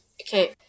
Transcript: Okay